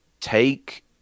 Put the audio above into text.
take